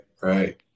right